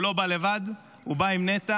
והוא לא בא לבד, הוא בא עם נטע,